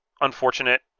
unfortunate